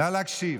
נא להקשיב: